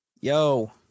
Yo